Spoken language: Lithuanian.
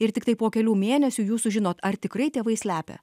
ir tiktai po kelių mėnesių jūs sužinot ar tikrai tėvai slepia